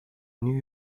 new